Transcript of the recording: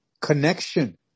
connection